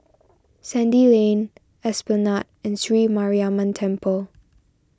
Sandy Lane Esplanade and Sri Mariamman Temple